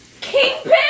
Kingpin